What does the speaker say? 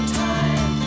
time